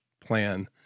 plan